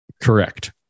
Correct